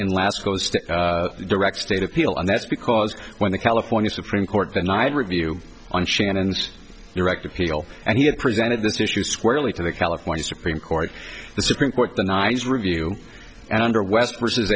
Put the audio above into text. in last close to the direct state appeal and that's because when the california supreme court and i review on shannon's direct appeal and he had presented this issue squarely to the california supreme court the supreme court the nice review and under west versus